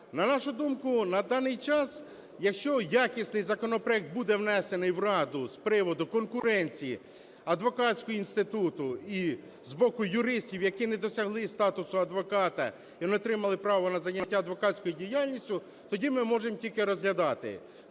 На нашу думку, на даний час, якщо якісний законопроект буде внесений в Раду з приводу конкуренції адвокатського інституту і з боку юристів, які не досягли статусу адвоката і не отримали права на зайняття адвокатською діяльністю, тоді ми можемо тільки розглядати.